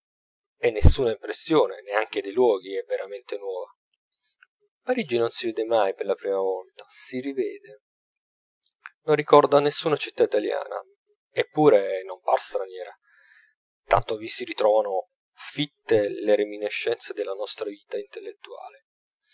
e nessuna impressione neanche dei luoghi è veramente nuova parigi non si vede mai per la prima volta si rivede non ricorda nessuna città italiana eppure non par straniera tanto vi si ritrovano fitte le reminiscenze della nostra vita intellettuale